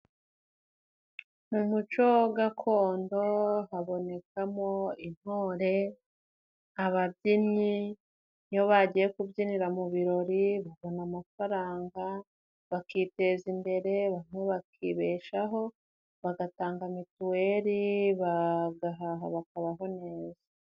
Mu muco gakondo habonekamo intore, ababyinnyi iyo bagiye kubyinira mu birori babona amafaranga, bakiteza imbere bakibeshaho, bagatanga mituweli bagahaha bakabaho neza.